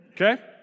okay